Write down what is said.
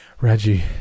Reggie